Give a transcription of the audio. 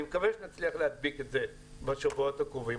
אני מקווה שנצליח להדביק את זה בשבועות הקרובים.